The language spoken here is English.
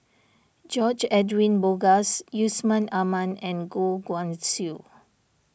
George Edwin Bogaars Yusman Aman and Goh Guan Siew